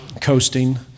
coasting